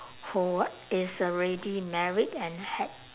who is already married and had